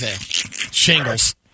shingles